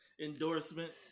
Endorsement